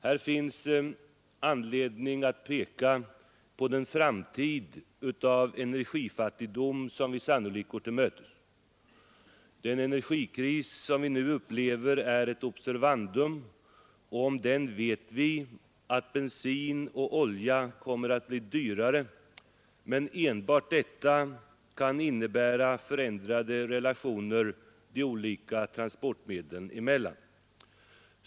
Här finns också anledning att peka på den framtid av energifattigdom som vi sannolikt går till mötes. Den energikris som vi nu upplever är ett observandum och om den vet vi att bensin och olja kommer att bli dyrare, och enbart detta kan innebära förändrade relationer de olika transportmedlen emellan.